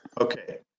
Okay